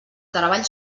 treball